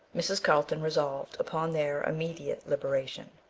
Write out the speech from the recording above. mrs. carlton resolved upon their immediate liberation.